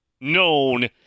known